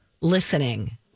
listening